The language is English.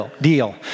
deal